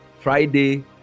Friday